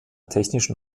technischen